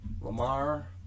Lamar